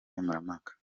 nkemurampaka